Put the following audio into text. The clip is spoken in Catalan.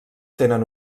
tenen